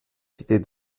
cités